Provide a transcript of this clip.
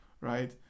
Right